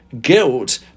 guilt